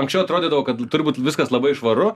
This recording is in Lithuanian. anksčiau atrodydavo kad turi būt viskas labai švaru